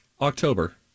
October